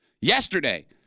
Yesterday